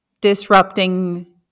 disrupting